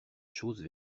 choses